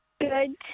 Good